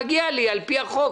מגיע לי על-פי החוק,